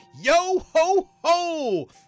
Yo-ho-ho